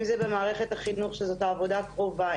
אם זה במערכת החינוך שזו עבודה קרובה,